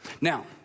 Now